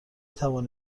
توانی